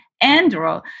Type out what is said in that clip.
Android